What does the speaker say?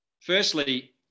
Firstly